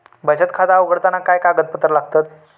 बचत खाता उघडताना काय कागदपत्रा लागतत?